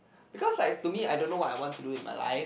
because like to me I don't know what I want to do in my life